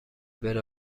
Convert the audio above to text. بره